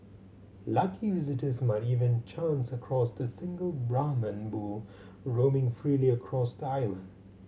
lucky visitors might even chance across the single Brahman bull roaming freely across the island